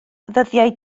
ddyddiau